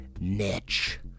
niche